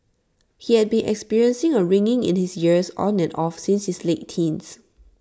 he had been experiencing A ringing in his ears on and off since his late teens